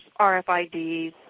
RFIDs